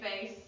face